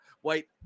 white